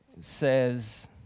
says